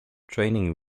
training